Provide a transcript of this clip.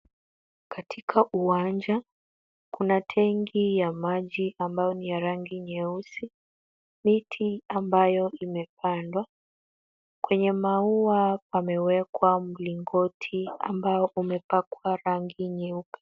Katika uwanja, kuna tenki ya maji ambayo ni ya rangi nyeusi. Miti ambayo imepandwa, kwenye maua pamewekwa mlingoti ambao umepakwa rangi nyeupe.